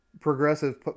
progressive